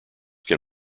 can